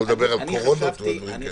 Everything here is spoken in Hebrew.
שלא לדבר על קורונה ודברים כאלה.